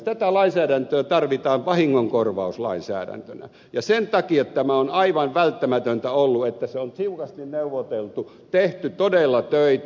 tätä lainsäädäntöä tarvitaan vahingonkorvauslainsäädäntönä ja sen takia tämä on aivan välttämätöntä ollut että on tiukasti neuvoteltu tehty todella töitä